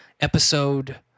episode